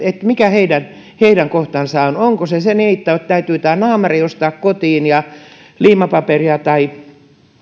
mikä heidän heidän kohtalonsa on onko se niin että täytyy naamari ostaa kotiin ja liimapaperia tai